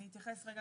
אני רותם